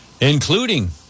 including